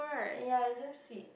ya is damn sweet